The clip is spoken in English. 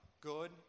good